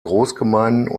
großgemeinden